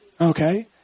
Okay